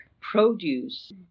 produce